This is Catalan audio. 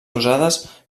usades